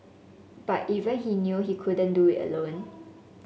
but even he knew he couldn't do it alone